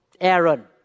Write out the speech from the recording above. Aaron